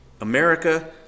America